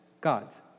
gods